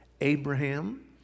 Abraham